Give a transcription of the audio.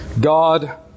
God